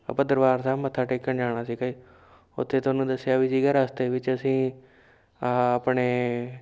ਆਪਾਂ ਦਰਬਾਰ ਸਾਹਿਬ ਮੱਥਾ ਟੇਕਣ ਜਾਣਾ ਸੀਗਾ ਉੱਥੇ ਤੁਹਾਨੂੰ ਦੱਸਿਆ ਵੀ ਸੀਗਾ ਰਸਤੇ ਵਿੱਚ ਅਸੀਂ ਆਪਣੇ